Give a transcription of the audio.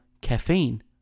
caffeine